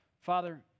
Father